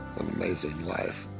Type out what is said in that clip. amazing life.